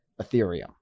Ethereum